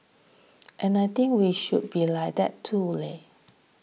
and I think we should be like that too leh